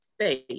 space